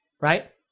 right